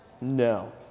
No